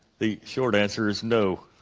the short answer is no